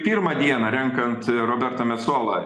pirmą dieną renkant roberto mesolą